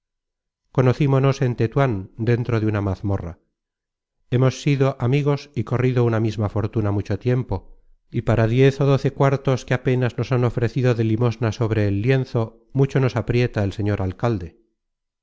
pescador conocimonos en tetuan dentro de una mazmorra hemos sido amigos y corrido una misma fortuna mucho tiempo y para diez ó doce cuartos que apé cal una content from google book search generated at nas nos han ofrecido de limosna sobre el lienzo mucho nos aprieta el señor alcalde